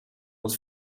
het